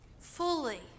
fully